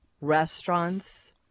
restaurants